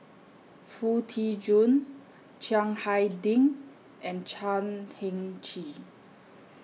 Foo Tee Jun Chiang Hai Ding and Chan Heng Chee